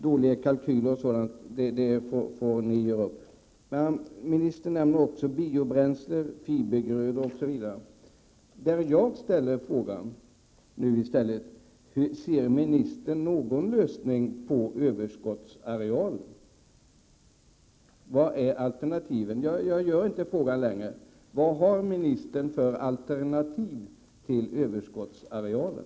Dåliga kalkyler och sådant får ni göra upp er emellan. Ministern nämnde också biobränslen, fibergrödor osv. Där vill jag ställa frågan: Ser ministern någon lösning på problemet med överskottsarealen? Vad har ministern för alternativ att föreslå i fråga om överskottsarealen?